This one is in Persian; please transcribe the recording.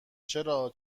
چرا